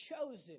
chosen